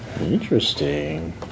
Interesting